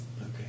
Okay